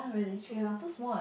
ya